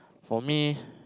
for me